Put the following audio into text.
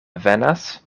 venas